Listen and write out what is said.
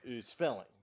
spelling